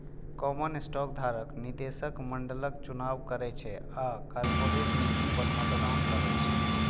common stock धारक निदेशक मंडलक चुनाव करै छै आ कॉरपोरेट नीति पर मतदान करै छै